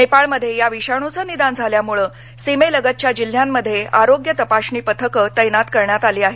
नेपाळमध्ये या विषाणूचं निदान झाल्यामुळं सीमेलगतच्या जिल्ह्यांमध्ये आरोग्य तपासणी पथकं तैनात करण्यात आली आहेत